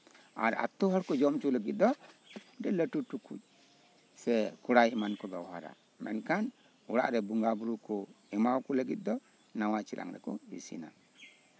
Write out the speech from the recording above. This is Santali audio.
ᱟᱨ ᱟᱛᱳ ᱦᱚᱲ ᱠᱚ ᱡᱚᱢ ᱦᱚᱪᱚ ᱠᱚ ᱞᱟᱹᱜᱤᱫ ᱫᱚ ᱢᱤᱫᱴᱮᱡ ᱞᱟᱹᱴᱩ ᱴᱩᱠᱩᱪ ᱥᱮ ᱠᱚᱲᱟᱭ ᱮᱢᱟᱱ ᱠᱚ ᱵᱮᱣᱦᱟᱨᱟ ᱢᱮᱱᱠᱷᱟᱱ ᱚᱲᱟᱜᱨᱮ ᱵᱚᱸᱜᱟ ᱵᱳᱨᱳ ᱠᱚ ᱮᱢᱟᱣ ᱠᱚ ᱞᱟᱹᱜᱤᱫ ᱫᱚ ᱱᱟᱣᱟ ᱪᱮᱞᱟᱝ ᱨᱮᱠᱚ ᱤᱥᱤᱱᱟ